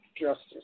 justice